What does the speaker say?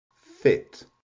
Fit